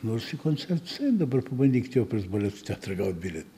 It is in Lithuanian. nors į koncertus ein dabar pabandykit į operos baleto teatrą gaut biliet